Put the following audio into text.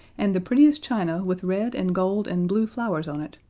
and the prettiest china with red and gold and blue flowers on it,